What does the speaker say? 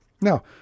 Now